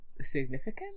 significant